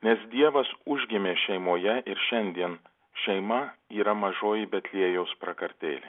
nes dievas užgimė šeimoje ir šiandien šeima yra mažoji betliejaus prakartėlė